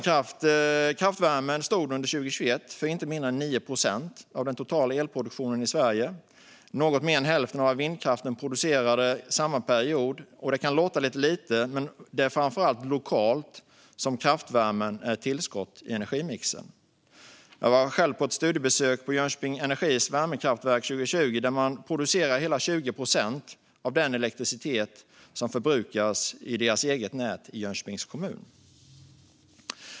Kraftvärmen stod under 2021 för inte mindre än 9 procent av den totala elproduktionen i Sverige, vilket är något mer än hälften av vad vindkraften producerade under samma period. Det kan låta lite, men det är framför allt lokalt som kraftvärmen är ett tillskott i energimixen. Jag var själv på studiebesök på Jönköping Energis värmekraftverk 2020. Där produceras hela 20 procent av den elektricitet som förbrukas i deras eget nät i Jönköpings kommun.